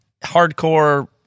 hardcore